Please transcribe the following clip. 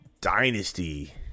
dynasty